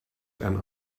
and